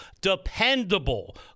dependable